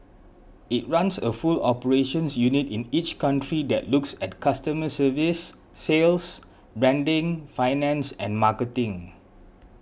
it runs a full operations unit in each country that looks at customer service sales branding finance and marketing